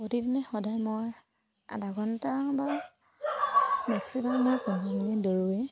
প্ৰতিদিনে সদায় মই আধা ঘণ্টা বা মেক্সিমাম মই পোন্ধৰ মিনিট দৌৰোৱেই